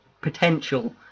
potential